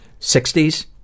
60s